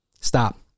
Stop